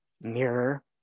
mirror